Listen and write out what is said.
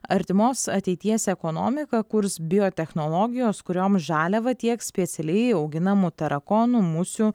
artimos ateities ekonomiką kurs biotechnologijos kurioms žaliava tieks specialiai auginamų tarakonų musių